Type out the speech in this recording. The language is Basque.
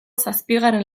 zazpigarren